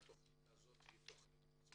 את חושבת שהתכנית הזאת היא מוצלחת?